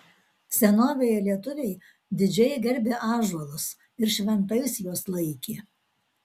senovėje lietuviai didžiai gerbė ąžuolus ir šventais juos laikė